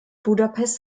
budapest